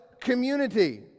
community